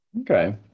okay